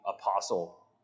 apostle